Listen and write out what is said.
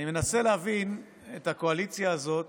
אני מנסה להבין את הקואליציה הזאת